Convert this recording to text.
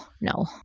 no